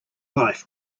life